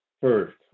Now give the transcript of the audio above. first